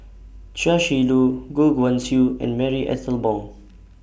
Chia Shi Lu Goh Guan Siew and Marie Ethel Bong